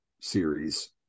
series